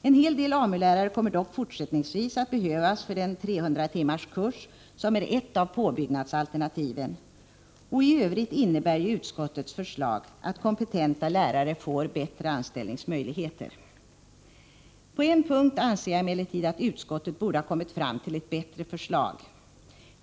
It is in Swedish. En hel del AMU-lärare kommer dock fortsättningsvis att behövas för den 300-timmarskurs som är ett av påbyggnadsalternativen. I övrigt innebär utskottets förslag att kompetenta lärare får bättre anställningsmöjligheter. På en punkt anser jag emellertid att utskottet borde ha kommit fram till ett bättre förslag.